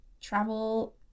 travel